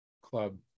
club